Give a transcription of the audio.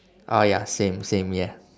oh ya same same yeah